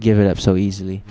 give it up so easily